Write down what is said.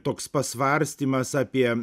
toks pasvarstymas apie